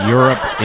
Europe